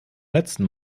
letzen